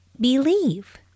believe